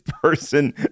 person